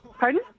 Pardon